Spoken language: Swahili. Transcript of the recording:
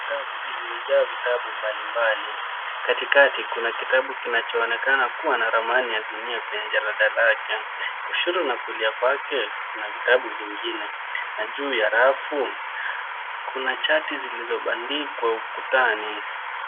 Tabu iliyojaa vitabu mbalimbali. Katikati kuna kitabu kinachoonekana kuwa na ramani ya dunia kwenye jalada lake. Kushoto na kulia kwake kuna vitabu vingine na juu ya rafu, kuna chati zilizobandikwa ukutani.